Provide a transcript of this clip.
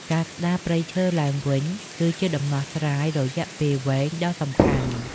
ការស្តារព្រៃឈើឡើងវិញ គឺជាដំណោះស្រាយរយៈពេលវែងដ៏សំខាន់។